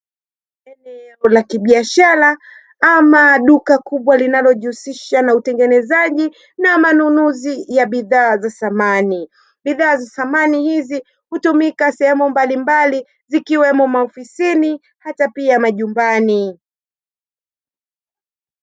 Eneo la kibiashara ama duka kubwa linalojihusisha na utengenezaji na manunuzi ya bidhaa za samani. Bidhaa za samani hizi hutumika sehemu mbalimbali zikiwemo maofisini hata pia majumbani.